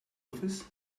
office